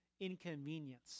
inconvenience